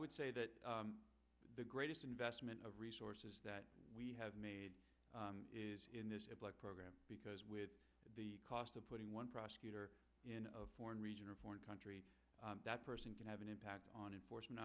would say that the greatest investment of resources that we have made is in this program because with the cost of putting one prosecutor in of foreign region or foreign country that person can have an impact on enfor